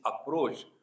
approach